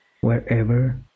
wherever